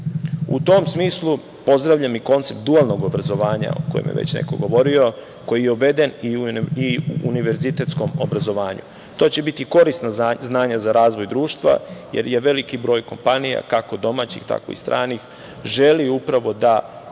U tom smislu pozdravljam i koncept dualnog obrazovanja, o kojem je već neko govorio, koji je uveden i u univerzitetskom obrazovanju. To će biti korisno znanje za razvoj društva jer je veliki broj kompanija kako domaćih tako i stranih, želi upravo da